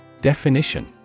Definition